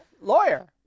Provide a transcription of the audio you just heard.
Lawyer